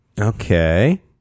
Okay